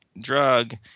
drug